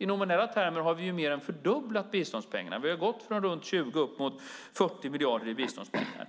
I nominella termer har vi mer än fördubblat biståndspengarna. Vi har gått från runt 20 upp mot 40 miljarder i biståndspengar.